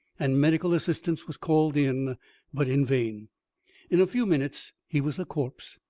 and medical assistance was called in but in vain in a few minutes he was a corpse.